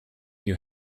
you